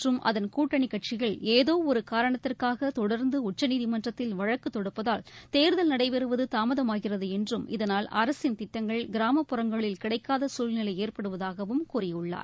மற்றும் அதன் கூட்டனிக்கட்சிகள் ஏதோ ஒரு காரணத்திற்னக தொடர்ந்து உச்சநீதிமன்றத்தில் வழக்கு தொடுப்பதால் தேர்தல் நடைபெறுவது தாமதமாகிறது என்றும் இதனால் அரசின் திட்டங்கள் கிராமப்புறங்களில் கிடைக்காத சூழ்நிலை ஏற்படுவதாகவும் கூறியுள்ளார்